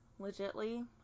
legitly